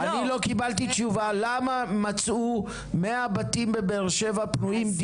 אני לא קיבלתי תשובה למה מצאו 100 בתים בבאר שבע פנויים,